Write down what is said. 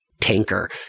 tanker